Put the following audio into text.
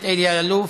14 בעד,